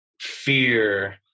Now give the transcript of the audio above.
fear